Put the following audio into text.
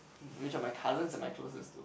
which are my cousins am I closest to